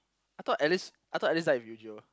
I thought Alice I thought Alice died with Eugeo